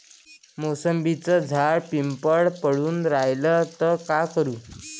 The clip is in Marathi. मोसंबीचं झाड पिवळं पडून रायलं त का करू?